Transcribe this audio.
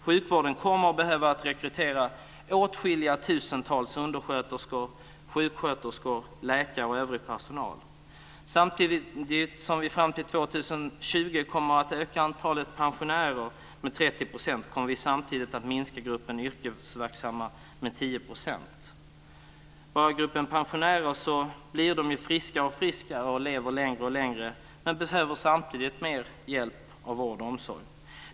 Sjukvården kommer att behöva rekrytera åtskilliga tusentals undersköterskor, sjuksköterskor, läkare och övrig personal. Samtidigt som vi fram till år 2020 kommer att se att antalet pensionärer ökar med 30 % kommer vi att se att gruppen yrkesverksamma minskar med 10 %. Inom gruppen pensionärer blir människor allt friskare och lever allt längre men samtidigt behövs mer hjälp av vården och omsorgen.